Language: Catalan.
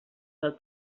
del